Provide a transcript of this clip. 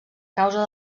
causa